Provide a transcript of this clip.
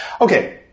Okay